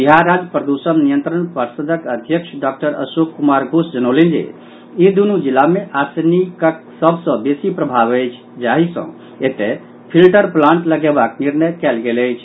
बिहार राज्य प्रदूषण नियंत्रण पर्षदक अध्यक्ष डॉक्टर अशोक कुमार घोष जनौलनि जे ई दून् जिला मे आर्सेनिकक सभ सँ बेसी प्रभाव अछि जाहि सँ एतय फिल्टर प्लांट लगेबाक निर्णय कयल गेल अछि